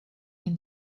can